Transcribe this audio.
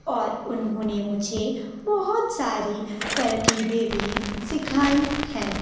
اور انہوں نے مجھے بہت ساری ترکیبیں بھی سکھائی ہیں